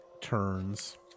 turns